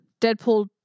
Deadpool